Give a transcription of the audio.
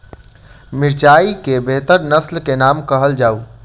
मिर्चाई केँ बेहतर नस्ल केँ नाम कहल जाउ?